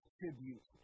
tribute